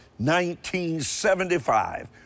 1975